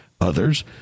Others